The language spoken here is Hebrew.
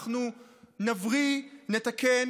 אנחנו נבריא, נתקן.